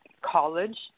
college